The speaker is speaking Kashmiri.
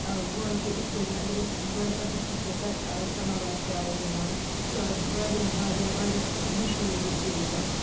آ بہٕ وَنہو تۄہہِ یِتھٕ پٲٹھٮ۪ن اگر أسۍ دۄدٕ پَتھٕر کھَسو تَتہِ چھِ اَز سَماوار چاے دِوان سُہ چھُ اَز واریاہ واریاہ واریاہ مشہوٗر یہِ چیٖز